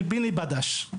של פיני בדש.